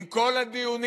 עם כל הדיונים